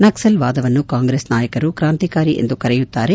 ನಕ್ಕಲ್ವಾದವನ್ನು Congress ನಾಯಕರು ಕ್ರಾಂತಿಕಾರಿ ಎಂದು ಕರೆಯುತ್ತಾರೆ